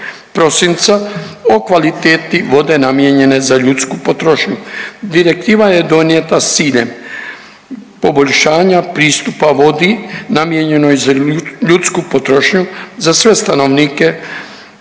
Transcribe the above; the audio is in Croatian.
prosinca o kvaliteti vode namijenjene za ljudsku potrošnju. Direktiva je donijeta s ciljem poboljšanja pristupa vodi namijenjenoj za ljudsku potrošnju za sve stanovnike